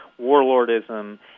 warlordism